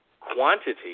quantity